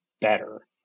better